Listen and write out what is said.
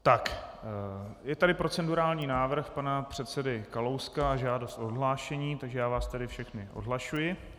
Tak, je tady procedurální návrh pana předsedy Kalouska a žádost o odhlášení, takže já vás tedy všechny odhlašuji.